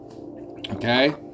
okay